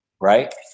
right